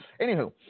Anywho